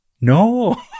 no